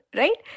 right